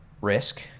risk